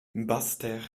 basseterre